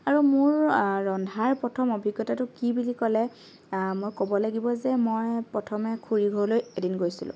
আৰু মোৰ ৰন্ধাৰ প্ৰথম অভিজ্ঞতাটো কি বুলি ক'লে মই ক'ব লাগিব যে মই প্ৰথমে খুৰীৰ ঘৰলৈ এদিন গৈছিলোঁ